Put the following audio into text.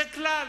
זה כלל.